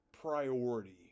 priority